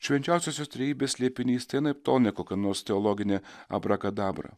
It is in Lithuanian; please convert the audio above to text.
švenčiausiosios trejybės slėpinys tai anaiptol ne kokia nors teologinė abrakadabra